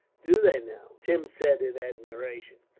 do they, now? tim said, in admiration.